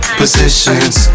positions